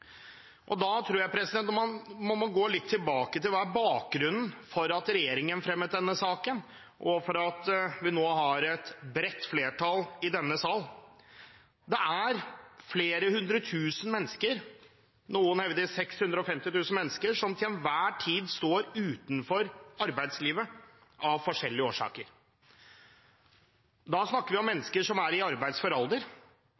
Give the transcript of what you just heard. har. Da tror jeg man må gå litt tilbake og se hva som er bakgrunnen for at regjeringen fremmet denne saken, og for at vi nå har et bredt flertall i denne sal. Det er flere hundre tusen mennesker – noen hevder det er 650 000 mennesker – som til enhver tid står utenfor arbeidslivet av forskjellige årsaker. Da snakker vi om mennesker som er i